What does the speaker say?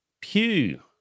Pew